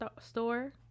store